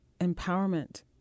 empowerment